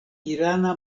irana